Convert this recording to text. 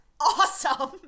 awesome